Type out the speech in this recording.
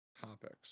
topics